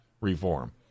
reform